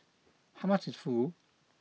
how much is Fugu